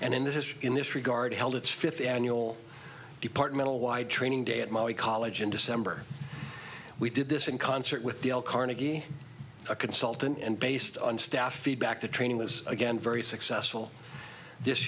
and in this in this regard held its fifth annual departmental wide training day at my college in december we did this in concert with the carnegie consultant and based on staff feedback the training was again very successful this